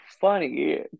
funny